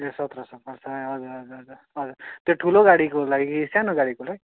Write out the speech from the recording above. ए सत्र सय पर्छ हजुर हजुर हजुर हजुर त्यो ठुलो गाडीको लागि कि सानो गाडीको लागि